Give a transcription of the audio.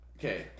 Okay